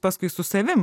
paskui su savim